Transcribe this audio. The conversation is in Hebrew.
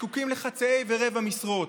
שזקוקים לחצאי ורבעי משרות?